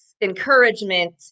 encouragement